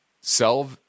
sell